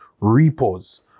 repos